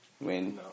win